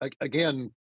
again